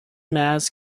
mass